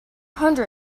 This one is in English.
hundred